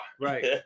right